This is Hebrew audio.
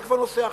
זה כבר נושא אחר.